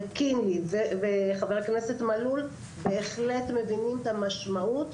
וקינלי וחבר הכנסת מלול בהחלט מבינים את המשמעות,